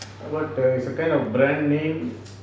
but err it's a kind of brand name